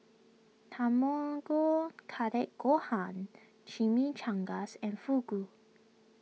Tamago Kake Gohan Chimichangas and Fugu